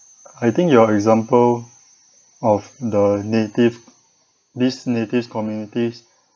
I think your example of the native these native communities